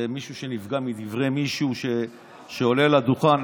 זה מישהו שנפגע מדברי מישהו שעלה לדוכן.